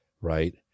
right